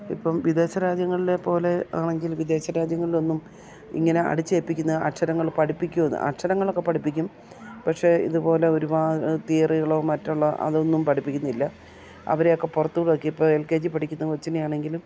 ഇപ്പം വിദേശരാജ്യങ്ങളിലെപ്പോലെ ആണെങ്കിൽ വിദേശരാജ്യങ്ങളിലൊന്നും ഇങ്ങനെ അടിച്ചേൽപ്പിക്കുന്ന അക്ഷരങ്ങൾ പഠിപ്പിക്കുകയെന്ന് അക്ഷരങ്ങളൊക്കെ പഠിപ്പിക്കും പക്ഷേ ഇതുപോലെ ഒരുപാട് തിയറികളോ മറ്റുള്ള അതൊന്നും പഠിപ്പിക്കുന്നില്ല അവരെയൊക്കെ പുറത്തുകൂടിയിറക്കി ഇപ്പോൾ എൽ കെ ജി പഠിക്കുന്ന കൊച്ചിനെയാണെങ്കിലും